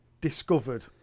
discovered